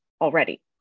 already